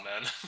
man